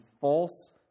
false